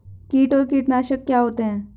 कीट और कीटनाशक क्या होते हैं?